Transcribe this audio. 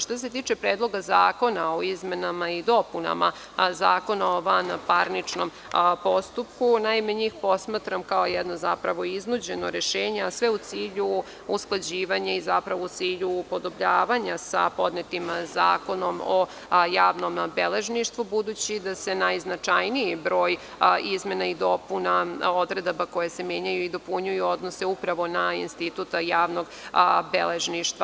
Što se tiče Predloga zakona o izmenama i dopunama Zakona o vanparničnom postupku, njih posmatram kao jedno iznuđeno rešenje, a sve u cilju usklađivanja i u cilju podobljavanja sa podnetim Zakonom o javnom beležništvu, budući da se najznačajniji broj izmena i dopuna odredaba, koje se menjaju u dopunjuju, odnose upravo na institut javnog beležništva.